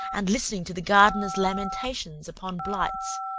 and listening to the gardener's lamentations upon blights,